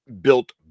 built